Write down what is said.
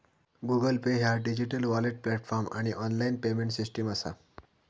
Google Pay ह्या digital wallet platform आणि online payment system असा